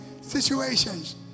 situations